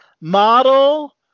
model